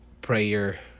prayer